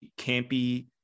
campy